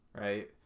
right